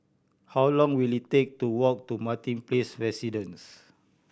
how long will it take to walk to Martin Place Residences